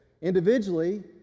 Individually